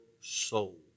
soul